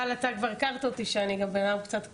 אבל אתה כבר הכרת אותי שאני גם בנאדם קצת קליל,